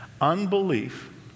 unbelief